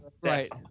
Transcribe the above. Right